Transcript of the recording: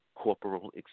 Corporal